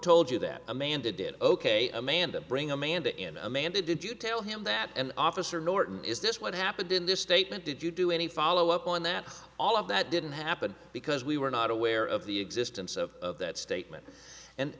told you that amanda did ok amanda bring amanda in amanda did you tell him that an officer norton is this what happened in this statement did you do any follow up on that all of that didn't happen because we were not aware of the existence of that statement and